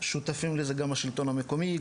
שותפים לזה גם השלטון המקומי,